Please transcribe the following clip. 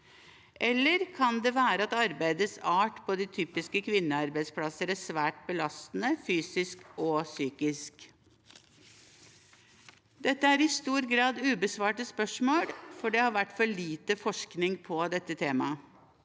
eller det kan være at arbeidets art på de typiske kvinnearbeidsplassene er svært belastende, fysisk og psykisk. Dette er i stor grad ubesvarte spørsmål, for det har vært for lite forskning på dette temaet.